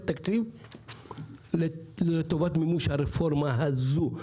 תקציבית לטובת מימוש הרפורמה הזאת.